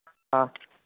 ꯑ